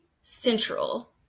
central